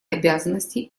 обязанностей